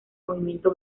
movimiento